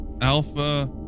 alpha